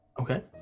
Okay